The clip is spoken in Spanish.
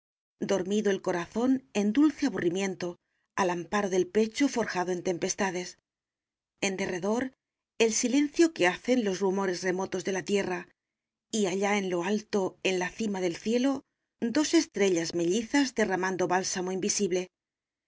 dormido el corazón en dulce aburrimiento al amparo del pecho forjado en tempestades en derredor el silencio que hacen los rumores remotos de la tierra y allá en lo alto en la cima del cielo dos estrellas mellizas derramando bálsamo invisible